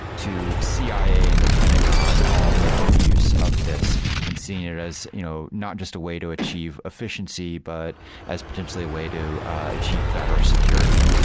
to cia and the pentagon all making use of this and seeing it as you know not just a way to achieve efficiency, but as potentially a way to achieve better security.